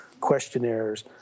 questionnaires